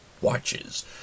watches